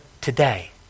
today